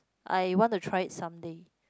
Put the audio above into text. I want to try it someday